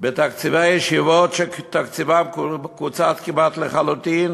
בתקציבי הישיבות שקוצצו כמעט לחלוטין